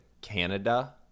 Canada